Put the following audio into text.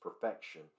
perfection